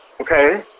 Okay